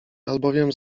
albowiem